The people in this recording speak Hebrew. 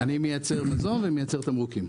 אני מייצר מזון ומייצר תמרוקים.